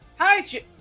Hi